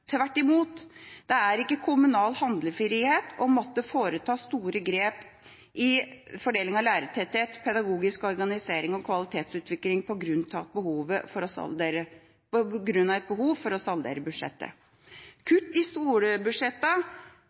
tvert imot. Det er ikke kommunal handlefrihet å måtte foreta store grep i fordeling av lærertetthet, pedagogisk organisering og kvalitetsutvikling på grunn av behov for å saldere budsjettet. Kutt i